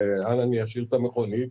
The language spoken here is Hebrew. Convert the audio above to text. איפה אני אשאיר את המכונית?